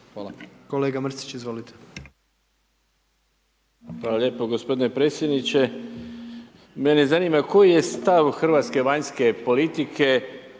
Mirando (Nezavisni)** Hvala lijepo gospodine predsjedniče, mene zanima koji je stav Hrvatske vanjske politike